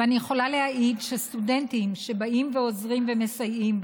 אני יכולה להעיד שסטודנטים שבאים ועוזרים ומסייעים,